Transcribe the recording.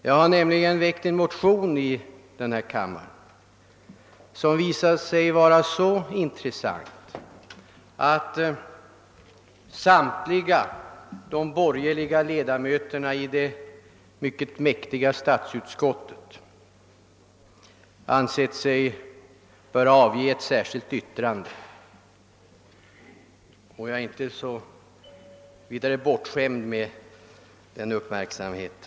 Jag har nämligen väckt en motion i denna kammare som visat sig vara så intressant att samtliga de borgerliga ledamöterna av det mäktiga statsutskottet ansett sig böra avge ett särskilt yttrande. Jag är inte så vidare bortskämd med sådan uppmärksamhet.